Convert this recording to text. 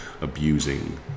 abusing